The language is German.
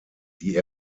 die